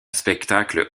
spectacle